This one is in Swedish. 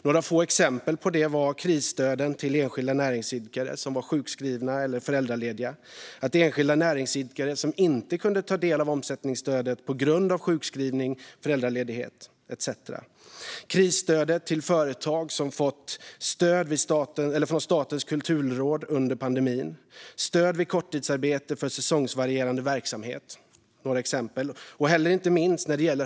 Några få exempel på det är krisstödet till enskilda näringsidkare som inte kunnat ta del av omsättningsstödet på grund av sjukskrivning, föräldraledighet etcetera krisstödet till företag som fått stöd från Statens kulturråd under pandemin stöd vid korttidsarbete för säsongsvarierande verksamhet.